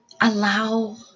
Allow